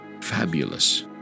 fabulous